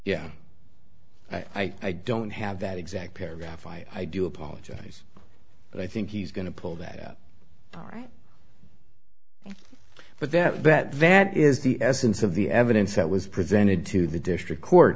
yeah i don't have that exact paragraph i do apologize but i think he's going to pull that all right but that bet that is the essence of the evidence that was presented to the district court